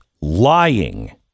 lying